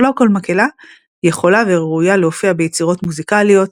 אך לא כל מקהלה יכולה וראויה להופיע ביצירות מוזיקליות,